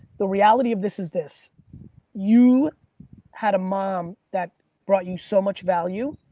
the reality of this is this you had a mom that brought you so much value